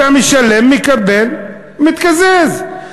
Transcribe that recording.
אתה משלם, מקבל, מתקזז.